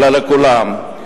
אלא לכולם.